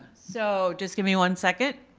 so just give me one second.